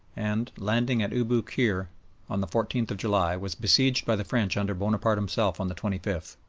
and, landing at abou kir on the fourteenth of july, was besieged by the french under bonaparte himself on the twenty fifth.